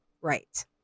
right